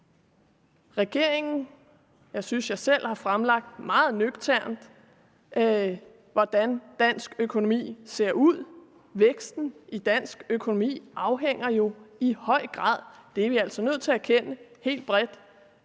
vi er i nu. Jeg synes, at jeg selv har fremlagt meget nøgternt, hvordan dansk økonomi ser ud. Væksten i dansk økonomi afhænger jo i høj grad – det er vi altså nødt til at erkende helt bredt